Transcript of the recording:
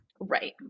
Right